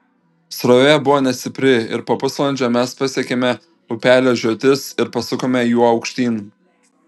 srovė buvo nestipri ir po pusvalandžio mes pasiekėme upelio žiotis ir pasukome juo aukštyn